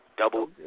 Double